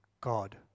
God